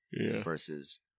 Versus